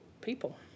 people